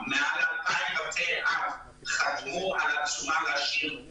מעל 2,000 בתי אב חתמו על עצומה להשאיר את השדה.